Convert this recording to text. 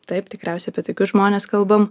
taip tikriausiai apie tokius žmones kalbam